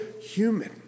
human